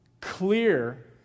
Clear